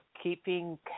keeping